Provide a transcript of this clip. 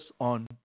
on